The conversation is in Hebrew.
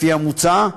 לפי המוצע,